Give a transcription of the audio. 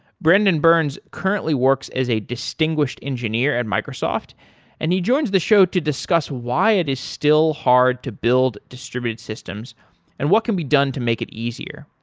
brendan burns currently works as a distinguished engineer at microsoft and he joins the show to discuss why it is still hard to build distributed systems and what can be done to make it easier.